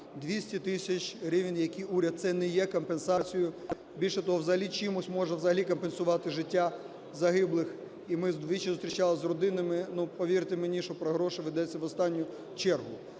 200 тисяч гривень, які уряд, це не є компенсацією. Більше того, взагалі чимось можна взагалі компенсувати життя загиблих? І ми двічі зустрічались з родинами. Ну, повірте мені, що про гроші ведеться в останню чергу.